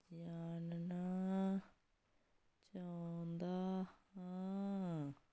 ਜਾਣਨਾ ਚਾਹੁੰਦਾ ਹਾਂ